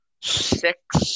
Six